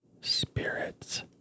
Spirits